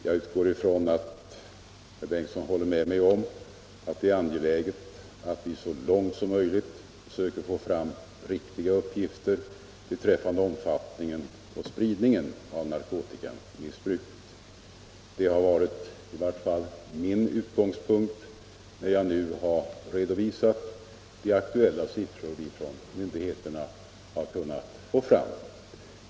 Jag utgår ifrån att herr Bengtsson i Göteborg håller med mig om att det är angeläget att vi så långt som möjligt försöker få fram riktiga uppgifter beträffande omfattningen och spridningen av narkotikamissbruket. Det har i varje fall varit min utgångspunkt när jag nu har redovisat de aktuella siffror som myndigheterna kunnat få fram.